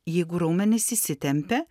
jeigu raumenys įsitempia